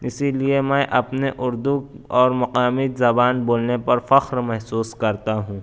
اِسی لیے میں اپنے اُردو اور مقامی زبان بولنے پر فخر محسوس کرتا ہوں